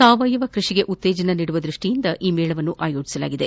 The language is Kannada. ಸಾವಯವ ಕೃಷಿಗೆ ಉತ್ತೇಜನ ನೀಡುವ ದೃಷ್ಟಿಯಿಂದ ಈ ಮೇಳವನ್ನು ಆಯೋಜಿಸಲಾಗಿದೆ